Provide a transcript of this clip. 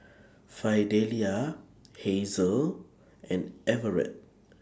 Fidelia Hazel and Everet